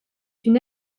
une